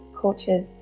cultures